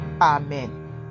Amen